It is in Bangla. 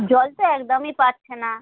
জল তো একদমই পাচ্ছি না